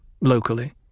locally